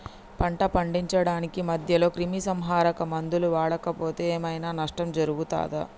పంట పండించడానికి మధ్యలో క్రిమిసంహరక మందులు వాడకపోతే ఏం ఐనా నష్టం జరుగుతదా?